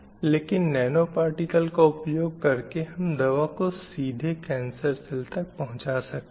लेकिन nano particle का उपयोग करके हम दवा को सीधे कैन्सर सेल तक पहुँचा सकते हैं